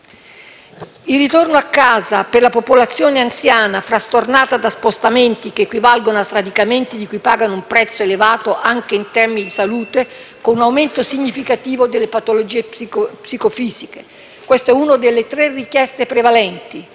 Il ritorno a casa per la popolazione anziana, frastornata da spostamenti che equivalgono a sradicamenti di cui pagano un prezzo elevato anche in termini di salute con un aumento significativo delle patologie psicofisiche, è una delle tre richieste prevalenti.